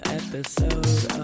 episode